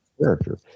character